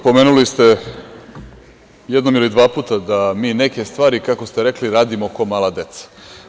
Pomenuli ste jednom ili dva puta da mi neke stvari, kako ste rekli, radimo kao mala deca.